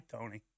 Tony